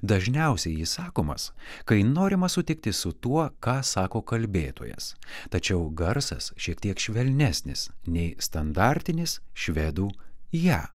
dažniausiai jis sakomas kai norima sutikti su tuo ką sako kalbėtojas tačiau garsas šiek tiek švelnesnis nei standartinis švedų ją